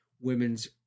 women's